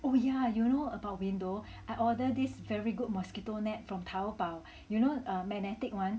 oh yeah you know about window I order this very good mosquito net from Taobao you know err magnetic [one]